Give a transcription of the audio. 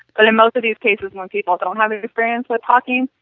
but in most of these cases um people don't have any experience with talking,